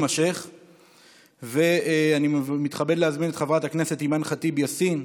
אני מתכבד לחדש את ישיבת המליאה.